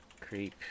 Creep